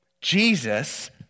Jesus